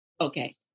okay